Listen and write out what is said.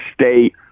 state